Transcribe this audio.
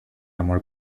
amor